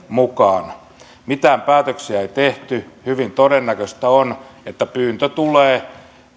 mukaan mitään päätöksiä ei tehty hyvin todennäköistä on että pyyntö tulee